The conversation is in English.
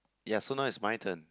ya so now is my turn